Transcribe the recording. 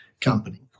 company